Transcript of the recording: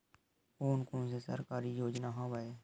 कोन कोन से सरकारी योजना हवय?